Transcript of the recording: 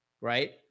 Right